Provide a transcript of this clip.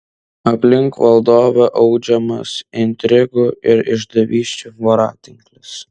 aplink valdovę audžiamas intrigų ir išdavysčių voratinklis